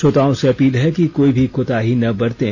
श्रोताओं से अपील है कि कोई भी कोताही ना बरतें